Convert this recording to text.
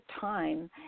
time